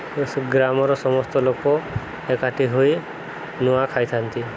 ଗ୍ରାମର ସମସ୍ତ ଲୋକ ଏକାଠି ହୋଇ ନୂଆ ଖାଇଥାନ୍ତି